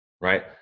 right